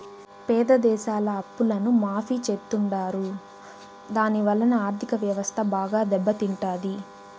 పేద దేశాల అప్పులను మాఫీ చెత్తుంటారు దాని వలన ఆర్ధిక వ్యవస్థ బాగా దెబ్బ తింటాది